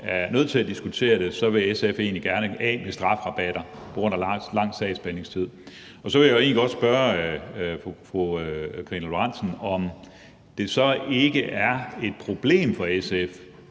er nødt til at diskutere det, vil SF egentlig gerne af med strafrabatter på grund af lang sagsbehandlingstid, og så vil jeg egentlig godt spørge fru Karina Lorentzen Dehnhardt,